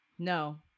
No